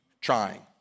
trying